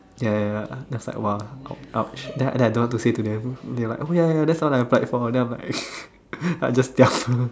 ya ya ya that's like !wah! !ouch! then then I don't want to say to them they like oh ya ya that's what I applied for then I was like I just tell